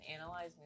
analyze